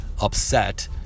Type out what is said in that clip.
upset